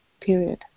period